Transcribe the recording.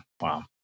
Wow